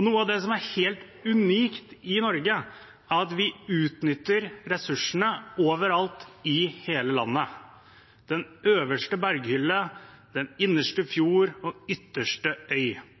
Noe av det som er helt unikt i Norge, er at vi utnytter ressursene over alt i hele landet – den øverste berghylle, den innerste fjord og den ytterste øy.